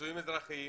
נישואים אזרחיים?